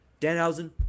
Danhausen